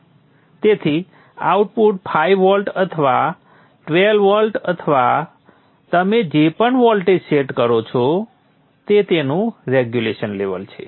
તેથી output 5 volt અથવા 12 volt અથવા તમે જે પણ વોલ્ટેજ સેટ કરો છો તે તેનું રેગુલેશન લેવલ છે